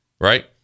right